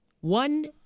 One